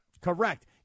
Correct